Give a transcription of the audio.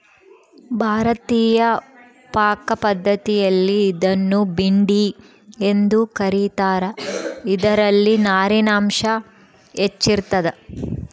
ಭಾರತೀಯ ಪಾಕಪದ್ಧತಿಯಲ್ಲಿ ಇದನ್ನು ಭಿಂಡಿ ಎಂದು ಕ ರೀತಾರ ಇದರಲ್ಲಿ ನಾರಿನಾಂಶ ಹೆಚ್ಚಿರ್ತದ